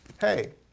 hey